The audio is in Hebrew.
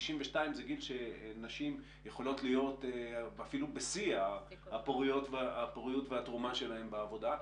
62 זה גיל שנשים יכולות להיות אפילו בשיא הפוריות והתרומה שלהן בעבודה.